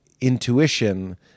intuition